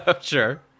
Sure